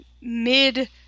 mid